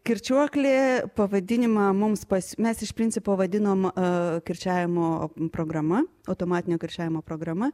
kirčiuoklė pavadinimą mums pas mes iš principo vadinom kirčiavimo programa automatinio kirčiavimo programa